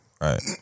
Right